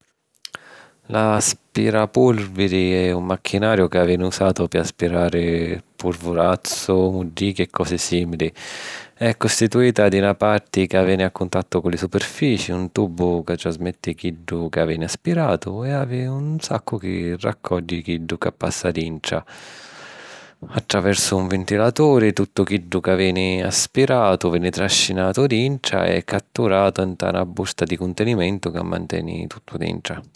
L'aspirapurvuli è un machinariu ca veni usatu pi aspirari purvulazzu, muddichii e cosi sìmili. È custituita di na parti ca veni a cuntattu cu li superfici, un tubu ca trasmetti chiddu ca veni aspiratu e havi un saccu chi raccogghi chiddu ca passa dintra. Attraversu un ventilaturi, tuttu chiddu ca veni aspiratu veni trascinatu dintra e catturatu nta na bursa di cuntinimentu, ca manteni tuttu dintra.